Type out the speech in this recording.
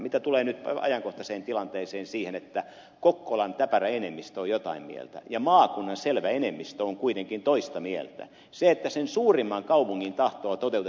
mitä tulee nyt ajankohtaiseen tilanteeseen jossa kokkolan täpärä enemmistö on jotain mieltä ja maakunnan selvä enemmistö on kuitenkin toista mieltä ja siihen että sen suurimman kaupungin tahtoa toteutettaisiin